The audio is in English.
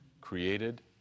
created